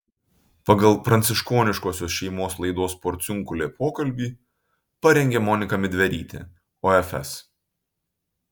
pagal pranciškoniškosios šeimos laidos porciunkulė pokalbį parengė monika midverytė ofs